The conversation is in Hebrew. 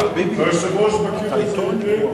והיושב-ראש בקי בזה היטב,